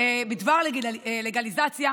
בדבר לגליזציה